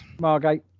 Margate